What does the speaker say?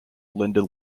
linda